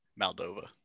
Moldova